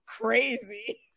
crazy